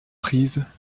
prises